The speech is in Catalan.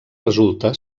resulta